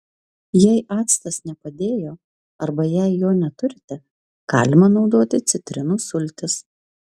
jei actas nepadėjo arba jei jo neturite galima naudoti citrinų sultis